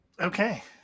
Okay